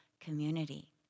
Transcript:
community